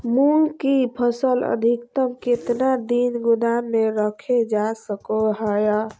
मूंग की फसल अधिकतम कितना दिन गोदाम में रखे जा सको हय?